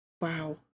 Wow